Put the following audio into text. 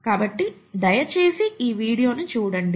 కాబట్టి దయచేసి ఈ వీడియోను చూడండి